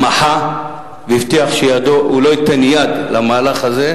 ואפילו להקים ועדת שרים לענייני שלטון מקומי,